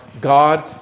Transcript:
God